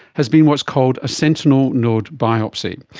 has been what's called a sentinel node biopsy.